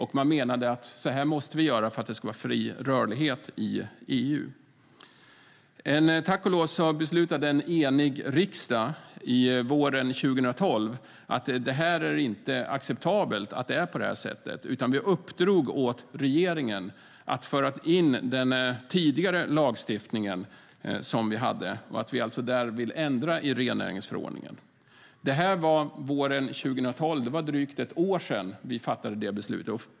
Man menade att så här måste vi göra för att det ska vara fri rörlighet i EU. Tack och lov beslutade en enig riksdag våren 2012 att det inte var acceptabelt att det var på det sättet, utan vi uppdrog åt regeringen att föra in den tidigare lagstiftningen och därmed ändra i rennäringsförordningen. Det var våren 2012, för drygt ett år sedan, som vi fattade beslutet.